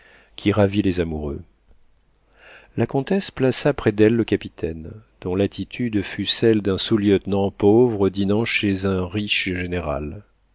qui ravit les amoureux la comtesse plaça près d'elle le capitaine dont l'attitude fut celle d'un sous-lieutenant pauvre dînant chez un riche général